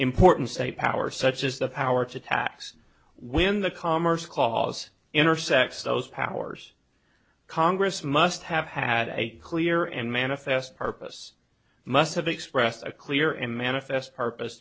important state power such as the power to tax when the commerce clause intersects those powers congress must have had a clear and manifest purpose must have expressed a clear and manifest purpose